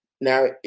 Now